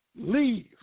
leave